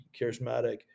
charismatic